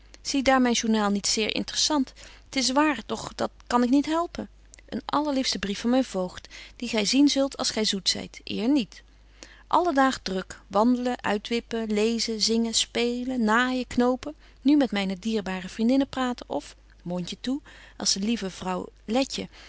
zie daar myn journaal niet zeer intressant t is waar doch dat kan ik niet helpen een allerliefste brief van myn voogd die gy zien zult als gy zoet zyt eer niet alle daag druk wandelen uitwippen lezen zingen spelen naaijen knopen nu met myne dierbare vriendinnen praten of betje wolff en aagje deken historie van mejuffrouw sara burgerhart mondje toe als de lieve vrouw letje